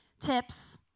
Tips